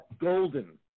golden